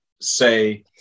say